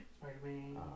Spider-Man